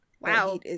Wow